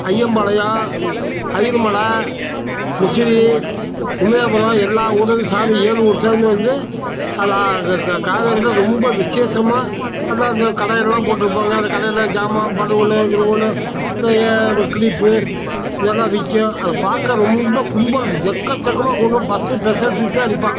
ஐயம்பாளையம் ஐயரு மலை முசிறி உமையபுரம் எல்லா ஊர்லேருந்து சாமி ஏழு ஊரு சாமி வந்து அதில் காவேரியில் ரொம்ப விசேஷமாக எல்லா அந்த கடையெல்லாம் போட்டுருப்பாங்கள் அந்த கடையில் ஜாமான் பலூனு கிலூனு இன்னும் ஏகப்ப க்ளிப்பு எல்லாம் விற்கும் அதை பார்க்க ரொம்ப கும்பல் எக்கச்சக்கமாக கொள்ளும் பஸ்ஸு ஸ்பெசல் ட்ரிப்பே அடிப்பான்